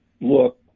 look